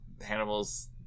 Hannibal's